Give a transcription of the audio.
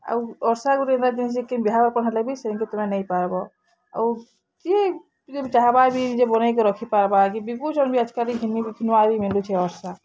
ଆଉ ଅର୍ସା ଗୁଟେ ଏନ୍ତା ଜିନିଷ ଯେ କେନ୍ ବିହା ବର୍ପନ୍ ହେଲେ ବି ସେନ୍କେ ତମେ ନେଇପାର୍ବ ଆଉ କିଏ ଯଦି ଚାହେଁବା ବି ନିଜେ ବନେଇକି ରଖିପାର୍ବା କି ବିକୁଚନ୍ ବି ଆଜିକାଲି ନୂଆ ବି ମିଲୁଛେ ଅର୍ଷା